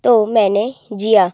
तो मैंने जिया